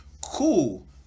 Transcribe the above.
cool